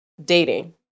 dating